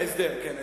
ההסדר, כן.